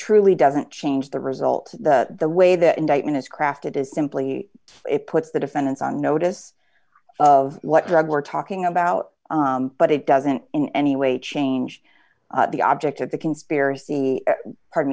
truly doesn't change the result the way the indictment is crafted is simply it puts the defendants on notice of what drug we're talking about but it doesn't in any way change the object of the conspiracy par